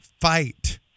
fight